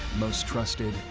most trusted,